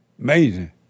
Amazing